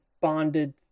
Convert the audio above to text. bonded